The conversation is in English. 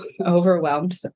overwhelmed